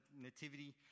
nativity